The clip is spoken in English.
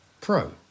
Pro